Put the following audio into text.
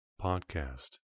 Podcast